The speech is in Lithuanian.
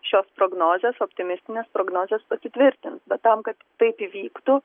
šios prognozės optimistinės prognozės pasitvirtins bet tam kad taip įvyktų